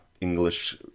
English